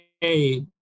hey